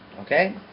Okay